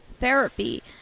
therapy